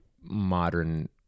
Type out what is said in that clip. modern